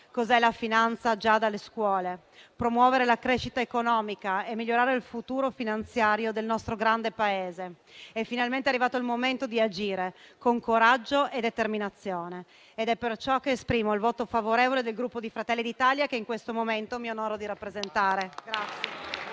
cos'è la finanza già dalle scuole, per promuovere la crescita economica e migliorare il futuro finanziario del nostro grande Paese. È finalmente arrivato il momento di agire, con coraggio e determinazione. Per questo esprimo il voto favorevole del Gruppo Fratelli d'Italia che in questo momento mi onoro di rappresentare.